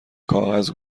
کاغذ